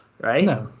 right